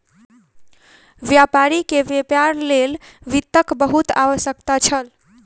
व्यापारी के व्यापार लेल वित्तक बहुत आवश्यकता छल